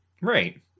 Right